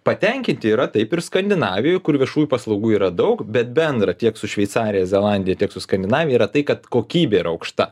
patenkinti yra taip ir skandinavijoj kur viešųjų paslaugų yra daug bet bendra tiek su šveicarija zelandija tiek su skandinavija yra tai kad kokybė yra aukšta